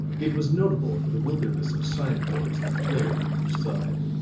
it was notable for the wilderness of sign boards that flared from each side.